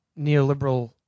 neoliberal